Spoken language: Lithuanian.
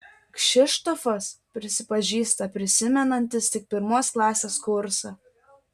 kšištofas prisipažįsta prisimenantis tik pirmos klasės kursą